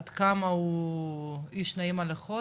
עד כמה הוא איש נעים הליכות,